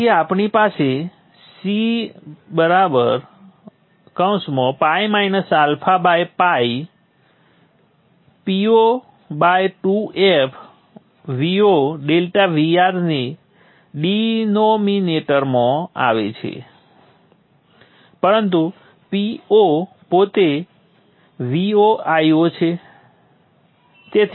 તેથી આપણી પાસે C ᴨ αᴨ Po 2 f Vo∆Vr ડિનોમિનેટરમાં આવે છે પરંતુ Po પોતે VoIo છે